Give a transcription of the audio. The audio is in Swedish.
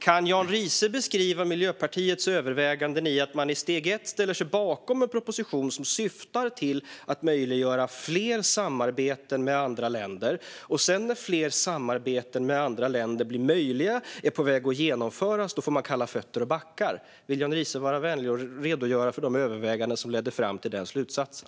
Kan Jan Riise beskriva Miljöpartiets överväganden när man i steg ett ställer sig bakom en proposition som syftar till att möjliggöra för fler samarbeten med andra länder och att man när fler samarbeten med andra länder blir möjligt och är på väg att genomföras får kalla fötter och backar? Vill Jan Riise vara vänlig och redogöra för de överväganden som ledde fram till den slutsatsen?